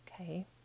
okay